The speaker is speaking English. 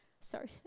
Sorry